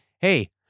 hey